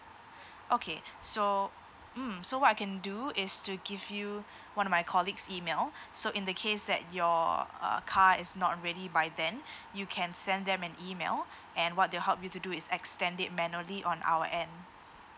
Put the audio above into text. okay so mm so what I can do is to give you one of my colleagues email so in the case that your uh car is not ready by then you can send them an email and what they will help you to do is extend it manually on our end